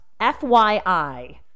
FYI